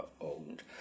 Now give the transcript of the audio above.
owned